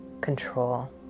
control